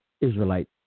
Israelite